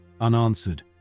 unanswered